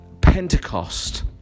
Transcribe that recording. Pentecost